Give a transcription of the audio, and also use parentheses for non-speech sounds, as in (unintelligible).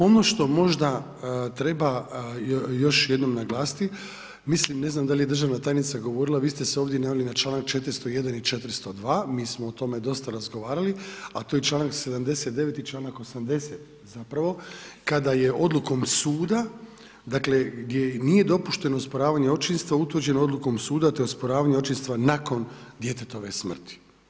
Ono što možda treba još jednom naglasiti, mislim, ne znam da li je državna tajnica govorila, vi ste se ovdje ... (unintelligible) na članak 401., i 402., mi smo o tome dosta razgovarali a tu je i članak 79. i članak 80. zapravo kada je odlukom suda, dakle gdje i nije dopušteno osporavanje očinstva utvrđeno odlukom suda, te osporavanje očinstva nakon djetetove smrti.